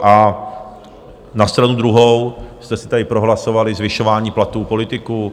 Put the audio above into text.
A na stranu druhou jste si tady prohlasovali zvyšování platů politiků.